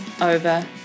over